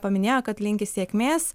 paminėjo kad linki sėkmės